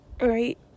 right